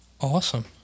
Awesome